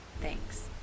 thanks